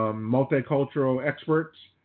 ah multicultural experts,